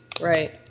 Right